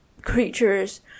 creatures